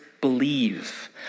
believe